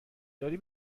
داری